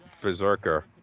Berserker